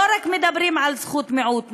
לא מדברים רק על זכות המיעוט.